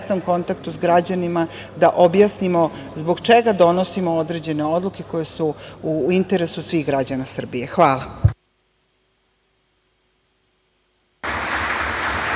kontaktu sa građanima da objasnimo zbog čega donosimo određene odluke koje su u interesu svih građana Srbije. Hvala.